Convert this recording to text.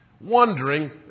wondering